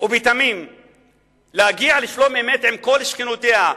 ובתמים להגיע לשלום-אמת עם כל שכנותיה,